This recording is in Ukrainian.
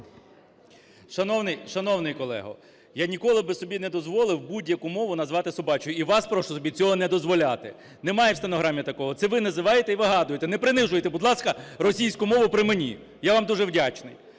Шановний колего, я ніколи би собі не дозволив будь-яку мову назвати собачою, і вас прошу собі цього не дозволяти. Немає в стенограмі такого, це ви називаєте і вигадуєте. Не принижуйте, будь ласка, російську мову при мені! Я вам дуже вдячний.